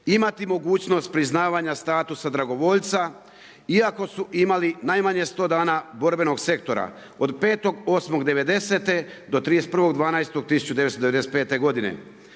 imati mogućnost priznavanja status dragovoljca iako su imali najmanje 100 dana borbenog sektora od 5.8.1990.-31.12.1995. godine